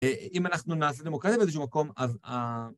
אם אנחנו נעשה דמוקרטיה באיזשהו מקום, אז ה...